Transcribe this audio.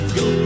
go